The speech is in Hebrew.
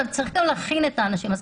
צריך גם להכין את האנשים.